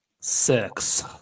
Six